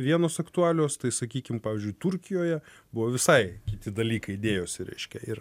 vienos aktualios tai sakykim pavyzdžiui turkijoje buvo visai kiti dalykai dėjosi reiškia ir